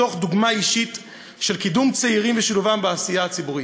מתוך דוגמה אישית של קידום צעירים ושילובם בעשייה הציבורית.